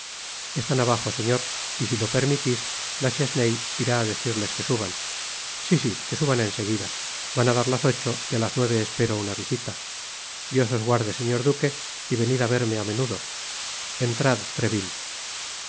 están abajo señor y si lo permitis la chesnaye irá á decirles que suban si si que suban en seguida van á dar las ocho y á las nueve espero una visita dios os guarde señor duque y venid á verme á menudo entrad treville